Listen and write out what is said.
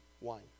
wine